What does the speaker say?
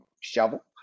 shovel